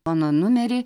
mano numerį